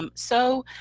um so